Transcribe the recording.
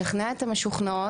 לשכנע את המשוכנעות.